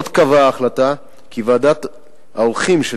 עוד קבעה ההחלטה כי ועדת העורכים של